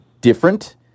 different